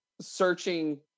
searching